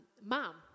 mom